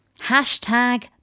hashtag